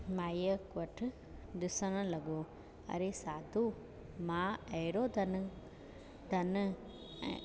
माईअ वटि ॾिसणु लॻो अरे साधू मां अहिड़ो धन धन